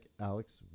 Alex